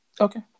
okay